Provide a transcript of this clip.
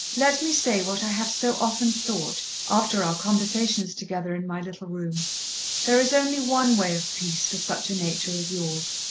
let me say what i have so often thought, after our conversations together in my little room there is only one way of peace for such a nature as yours.